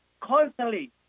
constantly